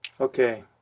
Okay